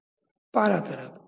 વિદ્યાર્થી પારા તરફ